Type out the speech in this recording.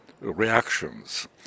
reactions